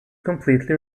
completely